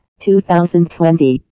2020